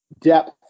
depth